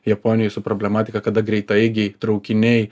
japonijoj su problematika kada greitaeigiai traukiniai